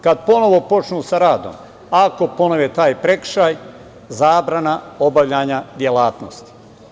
Kad ponovo počnu sa radom, ako ponove taj prekršaj, zabrana obavlja delatnosti.